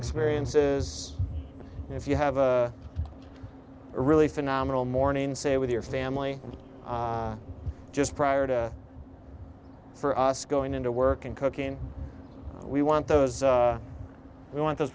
experiences if you have a really phenomenal morning say with your family and just prior to for us going into work and cooking we want those we want those